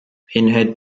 pinhead